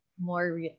more